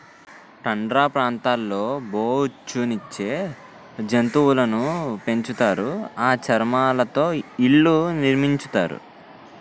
tundra ప్రాంతాల్లో బొఉచ్చు నిచ్చే జంతువులును పెంచుతారు ఆ చర్మాలతో ఇళ్లు నిర్మించుతారు